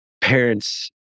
parents